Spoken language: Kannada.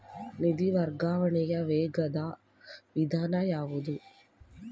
ನಿಧಿ ವರ್ಗಾವಣೆಯ ವೇಗವಾದ ವಿಧಾನ ಯಾವುದು?